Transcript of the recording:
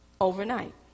overnight